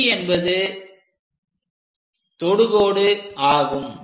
ST என்பது தொடுகோடு ஆகும்